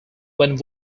when